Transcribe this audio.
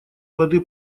лады